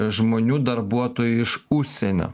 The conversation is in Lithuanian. žmonių darbuotojų iš užsienio